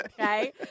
Okay